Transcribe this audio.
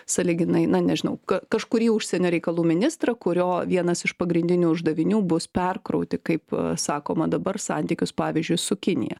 sąlyginai na nežinau kaip kažkurį užsienio reikalų ministrą kurio vienas iš pagrindinių uždavinių bus perkrauti kaip sakoma dabar santykius pavyzdžiui su kinija